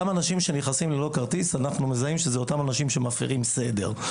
אנחנו מזהים שאותם אנשים שנכנסים ללא כרטיס הם אותם אנשים שמפרים סדר.